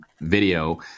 video